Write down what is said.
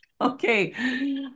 Okay